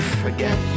forget